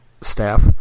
staff